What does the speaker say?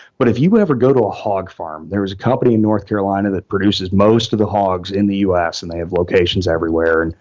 but if you ever go to a hog farm, there is a company in north carolina that produces most of the hogs in the us and they have locations everywhere, and